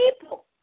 people